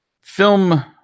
film